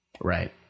Right